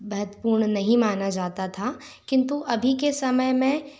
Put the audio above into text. महत्वपूर्ण नहीं माना जाता था किन्तु अभी के समय में